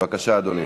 בבקשה, אדוני.